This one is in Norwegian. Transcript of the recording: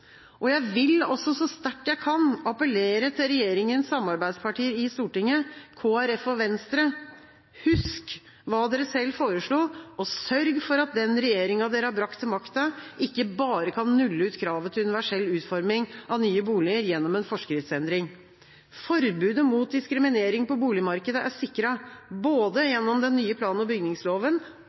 Jeg vil også, så sterkt jeg kan, appellere til regjeringas samarbeidspartier i Stortinget – Kristelig Folkeparti og Venstre – om å huske hva de selv foreslo, og sørge for at den regjeringa de har brakt til makta, ikke bare kan nulle ut kravet til universell utforming av nye boliger gjennom en forskriftsendring. Forbudet mot diskriminering på boligmarkedet er sikret både gjennom den nye plan- og bygningsloven